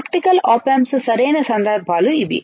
practical op amps సరైన సందర్భాలు ఇవి